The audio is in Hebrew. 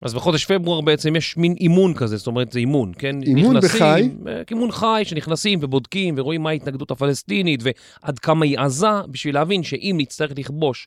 אז בחודש פברואר בעצם יש מין אימון כזה, זאת אומרת, זה אימון, כן? אימון בחי. אימון חי, שנכנסים ובודקים ורואים מה ההתנגדות הפלסטינית ועד כמה היא עזה בשביל להבין שאם נצטרך לכבוש.